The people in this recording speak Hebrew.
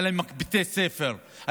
היו להם בתי ספר,